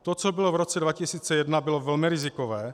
To, co bylo v roce 2001, bylo velmi rizikové.